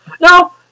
No